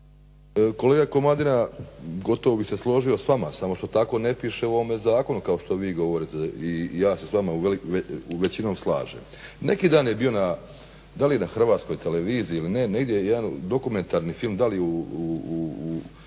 Kolega Komadina, gotovo bi se složio s vama samo što tako ne piše u ovome zakonu kao što vi govorite i ja se s vama u većini slažem. I neki dan je bio dal je na Hrvatskoj televiziji ili negdje jedan dokumentarni film, dal u